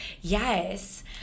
Yes